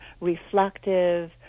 reflective